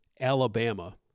Alabama